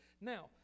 Now